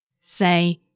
Say